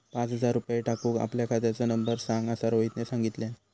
पाच हजार रुपये टाकूक आपल्या खात्याचो नंबर सांग असा रोहितने सांगितल्यान